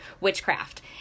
witchcraft